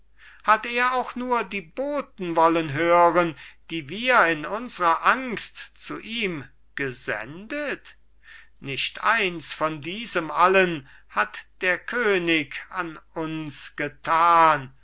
hat er auch nur die boten wollen hören die wir in unsrer angst zu ihm gesendet nicht eins von diesem allen hat der könig an uns getan